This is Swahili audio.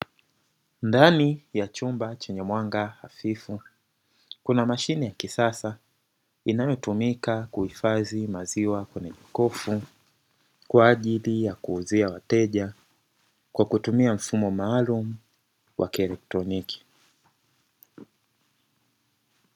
Ndani ya chumba chenye mwanga hafifu, kuna mashine ya kisasa inayotumika kuhifadhi maziwa katika jokofu kwa ajili ya kuuzia wateja kwa kutumia mfumo maalumu wa kielektroniki.